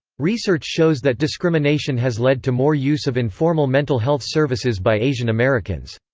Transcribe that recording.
research shows that discrimination has led to more use of informal mental health services by asian americans.